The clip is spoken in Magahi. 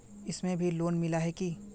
इसमें भी लोन मिला है की